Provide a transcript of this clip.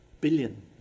billion